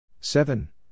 Seven